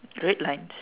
red lines